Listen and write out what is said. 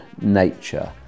nature